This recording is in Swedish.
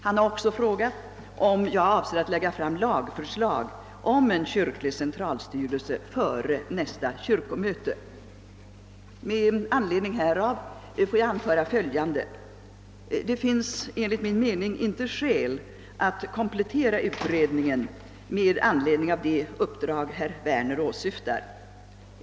Han har också frågat, om jag avser att lägga fram lagförslag om en kyrklig centralstyrelse före nästa kyrkomöte. Med anledning härav får jag anföra följande. Det finns enligt min mening inte skäl att komplettera utredningen med anledning av det uppdrag herr Werner åsyftar.